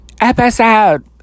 episode